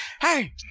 Hey